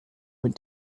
went